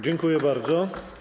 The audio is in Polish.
Dziękuję bardzo.